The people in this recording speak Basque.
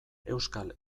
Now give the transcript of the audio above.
euskal